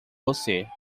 você